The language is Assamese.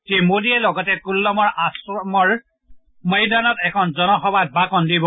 শ্ৰীমোডীয়ে লগতে কোল্লমৰ আশ্ৰমম ময়দানত এখন জনসভাত ভাষণ দিব